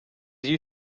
you